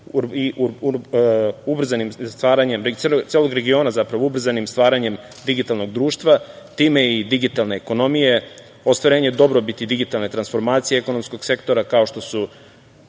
podrška tranziciji celog regiona ubrzanim stvaranjem digitalnog društva, time i digitalne ekonomije ostvarenje dobrobiti digitalne transformacije ekonomskog sektora, kao što su